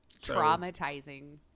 Traumatizing